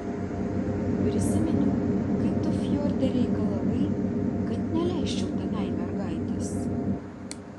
prisiminiau kaip tu fjorde reikalavai kad neleisčiau tenai mergaitės